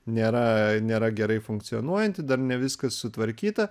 nėra nėra gerai funkcionuojanti dar ne viskas sutvarkyta